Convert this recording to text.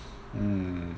mm